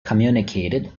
communicated